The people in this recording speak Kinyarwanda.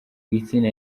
gitsina